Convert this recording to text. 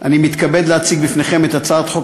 אני מתכבד להציג בפניכם את הצעת חוק